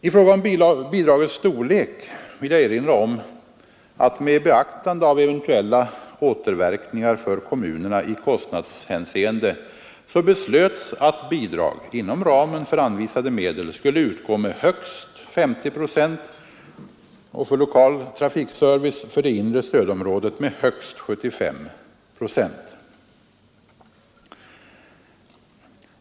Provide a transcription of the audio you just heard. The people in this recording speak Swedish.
I fråga om bidragets storlek vill jag erinra om att det, med beaktande av eventuella återverkningar för kommunerna i kostnadshänseende, beslöts att bidrag inom ramen för anvisade medel skall utgå med högst 50 procent och för lokal trafikservice för det inre stödområdet med högst 75 procent.